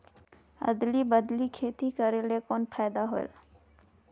अदली बदली खेती करेले कौन फायदा होयल?